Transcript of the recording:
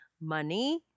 money